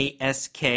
ask